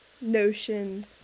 notion